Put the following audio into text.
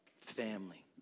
family